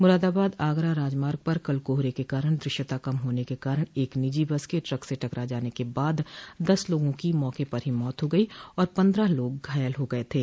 मुरादाबाद आगरा राजमार्ग पर कल कोहरे के कारण द्रश्यता कम होने के कारण एक निजी बस के ट्रक से टकरा जाने के बाद दस लोगों की मौके पर ही मौत हो गयी और पन्द्रह लाग घायल हो गये थे